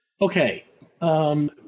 Okay